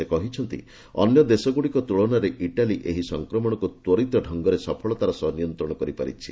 ସେ କହିଛନ୍ତି ଅନ୍ୟ ଦେଶଗୁଡିକ ତ୍କଳନାରେ ଇଟାଲୀ ଏହି ସଂକ୍ରମଣକୁ ତ୍ୱରିତ ଢଙ୍ଗରେ ସଫଳତାର ସହ ନିୟନ୍ତ୍ରଣ କରିପାରିଛି